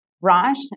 right